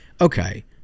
okay